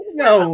no